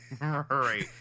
Right